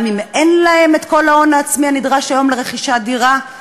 גם אם אין להם כל ההון העצמי הנדרש היום לרכישת דירה.